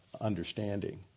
understanding